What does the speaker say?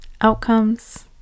outcomes